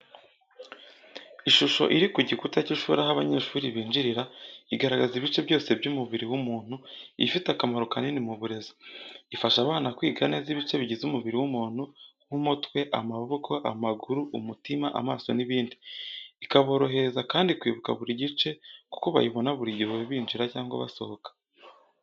Ishusho iri ku gikuta cy’ishuri aho abanyeshuri binjirira igaragaza ibice byose by’umubiri w’umuntu iba ifite akamaro kanini mu burezi. Ifasha abana kwiga neza ibice bigize umubiri w'umuntu nk'umutwe, amaboko, amaguru, umutima, amaso n’ibindi. Ikaborohereza kandi kwibuka buri gice kuko bayibona buri gihe binjira cyangwa basohoka.